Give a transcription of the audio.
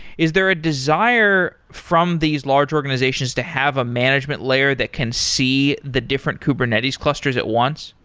is there a desire from these larger organizations to have a management layer that can see the different kubernetes clusters at once?